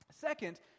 Second